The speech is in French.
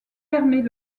permet